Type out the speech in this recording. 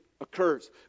occurs